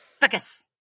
Focus